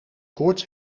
koorts